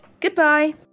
Goodbye